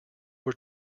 were